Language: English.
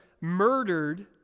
murdered